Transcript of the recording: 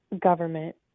government